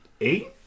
eight